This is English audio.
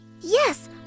Yes